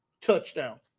touchdown